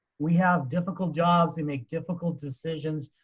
we have difficult jobs and make difficult decisions.